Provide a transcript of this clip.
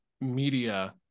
media